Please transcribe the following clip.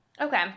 Okay